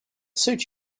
suit